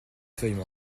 feuilles